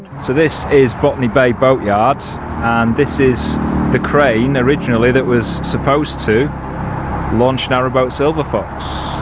so this is botany bay boat yard and this is the crane originally that was supposed to launch narrowboat silver fox.